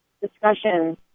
discussion